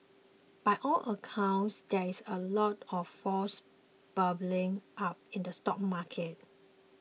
by all accounts there is a lot of froth bubbling up in the stock market